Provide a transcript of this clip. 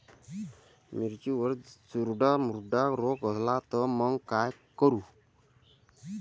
मिर्चीवर जर चुर्डा मुर्डा रोग आला त मंग का करू?